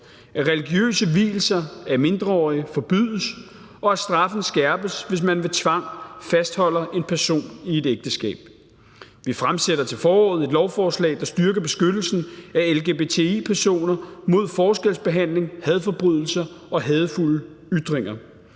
at religiøse vielser af mindreårige forbydes, og at straffen skærpes, hvis man ved tvang fastholder en person i et ægteskab. Kl. 15:46 Vi fremsætter til foråret et lovforslag, der styrker beskyttelsen af lgbti-personer mod forskelsbehandling, hadforbrydelser og hadefulde ytringer.